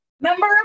remember